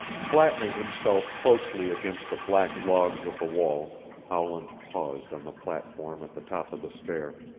flattening himself closely against the black logs of the wall howland paused on the platform at the top of the stair.